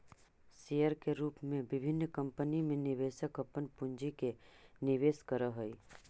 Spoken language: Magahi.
शेयर के रूप में विभिन्न कंपनी में निवेशक अपन पूंजी के निवेश करऽ हइ